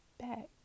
back